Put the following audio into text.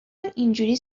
اینجوری